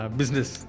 business